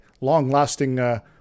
long-lasting